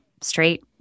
straight